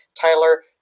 Tyler